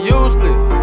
useless